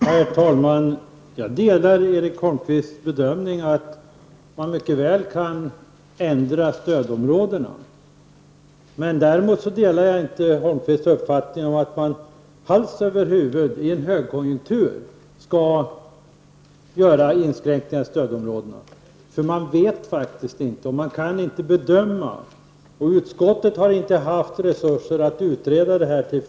Herr talman! Jag gör samma bedömning som Erik Holmkvist, nämligen att man mycket väl kan ändra stödområdesindelningen. Däremot delar jag inte Erik Holmkvists uppfattning att man i en högkonjunktur hals över huvud skall göra inskränkningar i stödområdena. Man kan inte bedöma utvecklingen. Utskottet har inte heller haft resurser att utreda ordentligt.